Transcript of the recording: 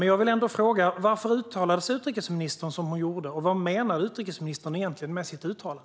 Men jag vill ändå fråga: Varför uttalade sig utrikesministern som hon gjorde, och vad menar utrikesministern egentligen med sitt uttalande?